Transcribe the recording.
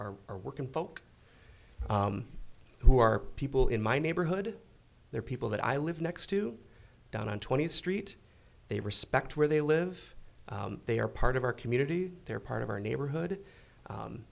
are are working folk who are people in my neighborhood they're people that i live next to down on twentieth street they respect where they live they are part of our community they're part of our neighborhood